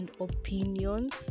opinions